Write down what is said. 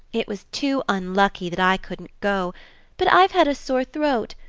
it was too unlucky that i couldn't go but i've had a sore throat,